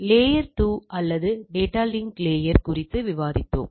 layer 2 அல்லது data link layer குறித்து விவாதித்தோம்